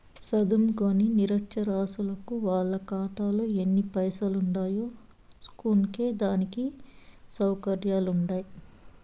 సదుంకోని నిరచ్చరాసులకు వాళ్ళ కాతాలో ఎన్ని పైసలుండాయో సూస్కునే దానికి సవుకర్యాలుండవ్